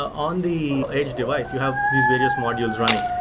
on the edge device, you have these various modules running,